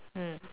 mm